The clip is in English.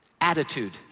attitude